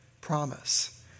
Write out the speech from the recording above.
promise